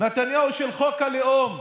נתניהו של חוק הלאום,